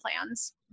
plans